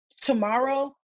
tomorrow